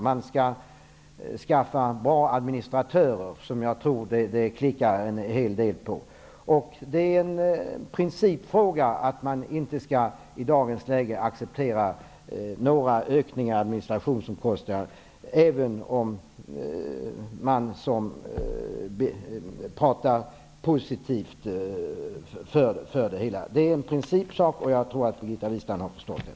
Man skall skaffa bra administratörer, något som jag tror det klickar en hel del på. Det är en principfråga, att man i dagens läge inte skall acceptera några ökningar av administrationskostnader, även om man talar positivt för det hela. Det är en principsak, och det tror jag att Birgitta Wistrand har förstått.